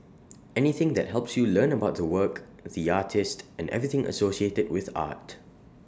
anything that helps you learn about the work the artist and everything associated with art